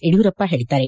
ಯಡಿಯೂರಪ್ಪ ಹೇಳಿದ್ದಾರೆ